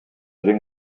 gent